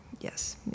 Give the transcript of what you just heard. Yes